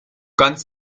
ganz